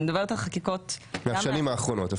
אלא אני מדברת חקיקות אפילו מהעשור האחרון,